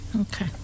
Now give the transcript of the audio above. okay